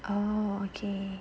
oh okay